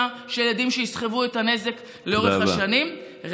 של ילדים שיסחבו את הנזק לאורך השנים.